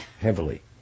heavily